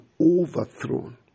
overthrown